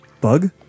Bug